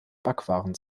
backwaren